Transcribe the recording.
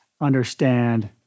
understand